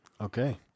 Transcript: Okay